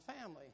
family